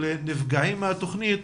של נפגעים מהתוכנית.